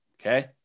okay